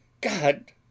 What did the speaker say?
God